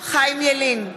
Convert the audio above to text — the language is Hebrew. חיים ילין,